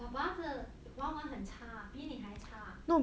爸爸的华文把很差比你还差